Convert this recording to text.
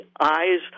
eye's